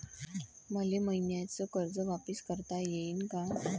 मले मईन्याचं कर्ज वापिस करता येईन का?